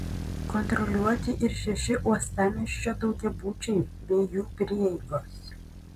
kontroliuoti ir šeši uostamiesčio daugiabučiai bei jų prieigos